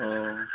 অ